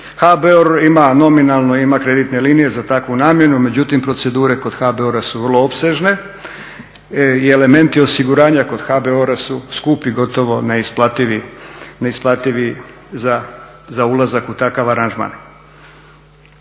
HBOR ima, nominalno ima kreditne linije za takvu namjenu. Međutim, procedure kod HBOR-a su vrlo opsežne i elementi osiguranja kod HBOR-a su skupi, gotovo neisplativi za ulazak u takav aranžman.